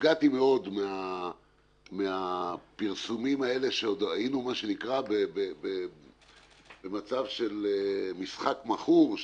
נפגעתי מאוד מהפרסומים שהיינו עוד במצב של משחק מכור,